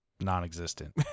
non-existent